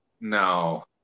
no